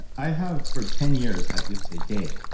i have for ten years have people say, dave,